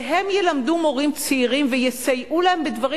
שהם ילמדו מורים צעירים ויסייעו להם בדברים